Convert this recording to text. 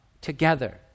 together